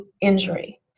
injury